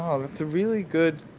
um oh, that's a really good